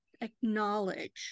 acknowledge